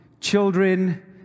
children